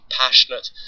passionate